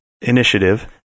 initiative